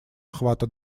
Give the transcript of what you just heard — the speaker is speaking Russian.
охвата